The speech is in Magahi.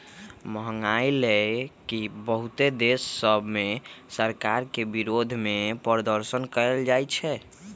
महंगाई लए के बहुते देश सभ में सरकार के विरोधमें प्रदर्शन कएल जाइ छइ